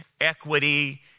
equity